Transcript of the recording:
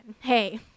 Hey